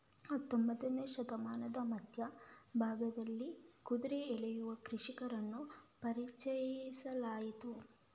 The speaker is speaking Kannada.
ಹತ್ತೊಂಬತ್ತನೇ ಶತಮಾನದ ಮಧ್ಯ ಭಾಗದಲ್ಲಿ ಕುದುರೆ ಎಳೆಯುವ ಕೃಷಿಕರನ್ನು ಪರಿಚಯಿಸಲಾಯಿತು